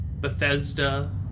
Bethesda